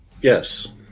Yes